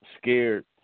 scared